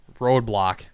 roadblock